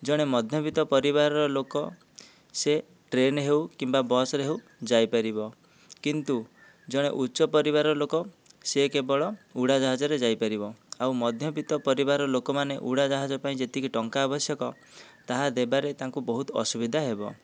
ଜଣେ ମଧ୍ୟବିତ୍ତ ପରିବାରର ଲୋକ ସେ ଟ୍ରେନ୍ ହେଉ କିମ୍ବା ବସ୍ରେ ହେଉ ଯାଇପାରିବ କିନ୍ତୁ ଜଣେ ଉଚ୍ଚ ପରିବାରର ଲୋକ ସେ କେବଳ ଉଡ଼ାଯାହାଜରେ ଯାଇପାରିବ ଆଉ ମଧ୍ୟବିତ୍ତ ପରିବାର ର ଲୋକମାନେ ଉଡ଼ାଯାହାଜ ପାଇଁ ଯେତିକି ଟଙ୍କା ଆବଶ୍ୟକ ତାହା ଦେବାରେ ତାଙ୍କୁ ବହୁତ ଅସୁବିଧା ହେବ